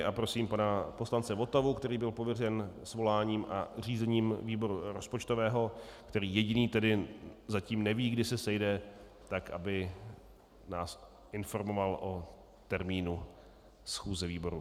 A prosím pana poslance Votavu, který byl pověřen svoláním a řízením výboru rozpočtového, který jediný zatím neví, kdy se sejde, aby nás informoval o termínu schůze výboru.